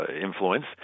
influence